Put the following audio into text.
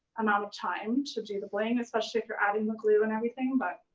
amount of time to do the bling, especially if you're adding the glue and everything but